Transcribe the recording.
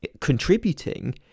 contributing